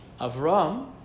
Avram